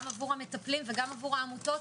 גם עבור המטפלים וגם עבור העמותות.